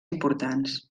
importants